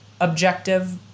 Objective